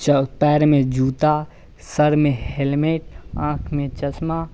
चौ पैर में जूता सर में हेलमेट आँख में चश्मा